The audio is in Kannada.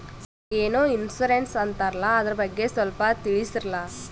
ಏನೋ ಇನ್ಸೂರೆನ್ಸ್ ಅಂತಾರಲ್ಲ, ಅದರ ಬಗ್ಗೆ ಸ್ವಲ್ಪ ತಿಳಿಸರಲಾ?